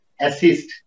assist